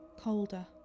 Colder